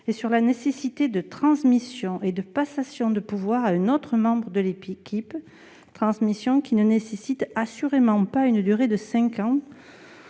et sur la nécessité d'une transmission et d'une passation de pouvoir à un autre membre de l'équipe, lesquelles ne nécessitent assurément pas une durée de cinq ans